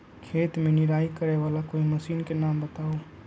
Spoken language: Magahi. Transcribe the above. खेत मे निराई करे वाला कोई मशीन के नाम बताऊ?